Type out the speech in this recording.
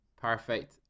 Perfect